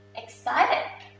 excited.